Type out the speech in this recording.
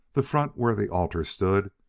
the front, where the altar stood,